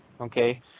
okay